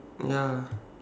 ya